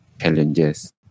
challenges